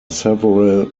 several